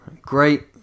great